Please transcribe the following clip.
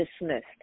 dismissed